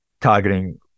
targeting